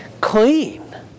clean